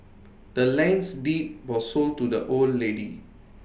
the land's deed was sold to the old lady